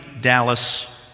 Dallas